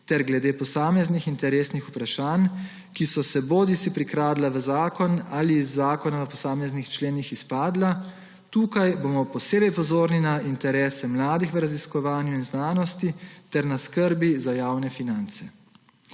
ter glede posameznih interesnih vprašanj, ki so se bodisi prikradla v zakon ali iz zakona v posameznih členih izpadla. Tukaj bomo posebej pozorni na interese mladih v raziskovanju in znanosti ter na skrbi za javne finance.